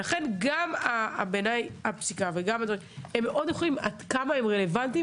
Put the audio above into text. ולכן בעיני גם הפסיקה וגם הדברים האחרים עד כמה הם רלוונטיים,